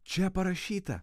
čia parašyta